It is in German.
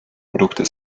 produkte